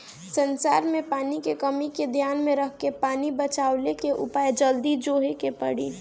संसार में पानी के कमी के ध्यान में रखकर पानी बचवले के उपाय जल्दी जोहे के पड़ी